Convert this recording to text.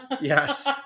Yes